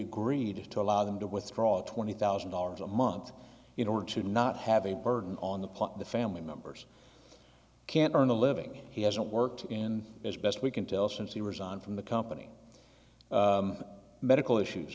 agreed to allow them to withdraw twenty thousand dollars a month in order to not have a burden on the plus the family members can't earn a living he hasn't worked in as best we can tell since he resigned from the company medical issues